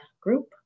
group